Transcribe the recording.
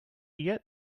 yet